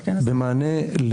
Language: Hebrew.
במענה,